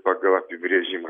pagal apibrėžimą